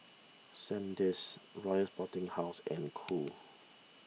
Sandisk Royal Sporting House and Cool